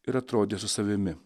ir atrodė su savimi